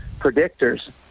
predictors